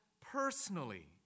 personally